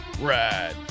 ride